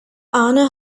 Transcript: arne